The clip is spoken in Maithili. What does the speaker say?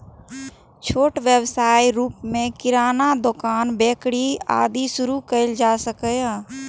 छोट व्यवसायक रूप मे किरानाक दोकान, बेकरी, आदि शुरू कैल जा सकैए